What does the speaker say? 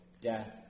death